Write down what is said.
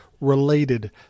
related